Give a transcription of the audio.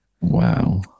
wow